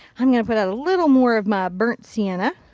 i'm going to put out a little more of my burnt sienna.